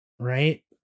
Right